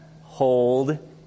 hold